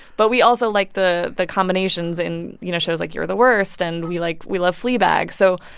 but we also like the the combinations in, you know, shows like you're the worst, and we like we love fleabag. so.